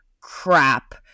crap